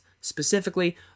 specifically